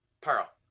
pearl